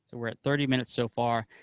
we're at thirty minutes so far.